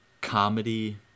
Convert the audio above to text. comedy